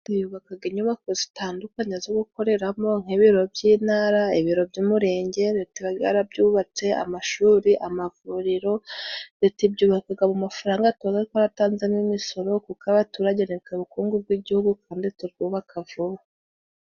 Leta yubakaga inyubako zitandukanye zo gukoreramo nk'ibiro by'intara ,ibiro by'umurenge leta ibaga yarabyubatse ,amashuri, amavuriro leta ibyubakaga mu mafaranga tubaga twaratanzemo imisoro, kuko abaturage nitwe bukungu bw'igihugu kandi tukubaka vuba.